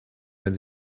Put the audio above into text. wenn